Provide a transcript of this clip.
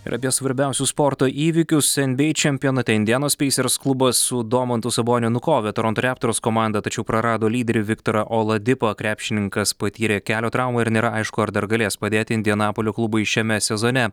ir apie svarbiausius sporto įvykius nba čempionate indianos peisers klubas su domantu saboniu nukovė toronto raptors komandą tačiau prarado lyderį viktorą oladipą krepšininkas patyrė kelio traumą ir nėra aišku ar dar galės padėti indianapolio klubui šiame sezone